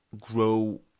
grow